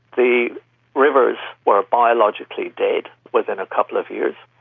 the rivers were biologically dead within a couple of years.